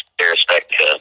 respect